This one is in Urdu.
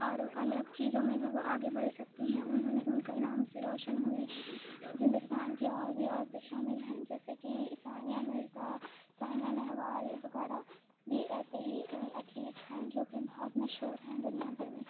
اور الگ چیزوں میں بھی وہ آگے بڑھ سکتی ہیں انہوں نے ان کا نام سے روشن ہوئی ہندوستان کی اور بھی عورتیں شامل ہیں جیسے کہ ثانیہ مرزا سائنا نہوال وغیرہ بھی ایسے ہی ایتھلیٹس ہیں جوکہ بہت مشہور ہیں دنیا بھر میں